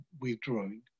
withdrawing